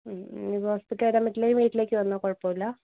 മ്മ് നിങ്ങൾക്ക് ഹോസ്പിറ്റല് വരാൻ പറ്റിയില്ലെങ്കിൽ വീട്ടിലേയ്ക്ക് വന്നോ കുഴപ്പം ഇല്ല